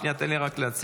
שנייה, תן לי רק להציג.